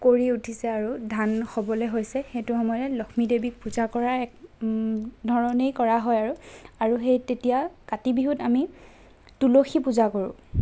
কৰি উঠিছে আৰু ধান হ'বলৈ হৈছে আৰু সেইটো সময়তে লক্ষ্মী দেৱীক পূজা কৰা ধৰণেই কৰা হয় আৰু আৰু সেই তেতিয়া কাতি বিহুত আমি তুলসী পূজা কৰোঁ